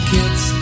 Kids